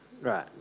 right